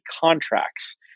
contracts